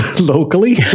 locally